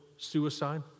suicide